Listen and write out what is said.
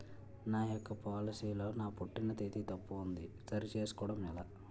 నా యెక్క పోలసీ లో నా పుట్టిన తేదీ తప్పు ఉంది సరి చేసుకోవడం ఎలా?